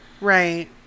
Right